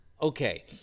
Okay